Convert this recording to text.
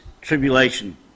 tribulation